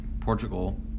Portugal